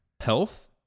Health